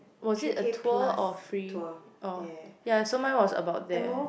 was it a tour or free orh ya so mine was about there